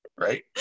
Right